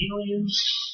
aliens